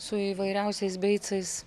su įvairiausiais beicais